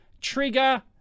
trigger